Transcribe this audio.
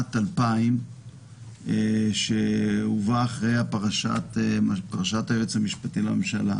משנת 2000 שהובאה אחרי פרשת היועץ המשפטי לממשלה,